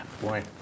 boy